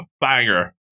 banger